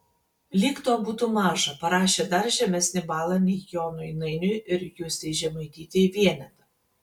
lyg to būtų maža parašė dar žemesnį balą nei jonui nainiui ir justei žemaitytei vienetą